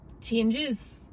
changes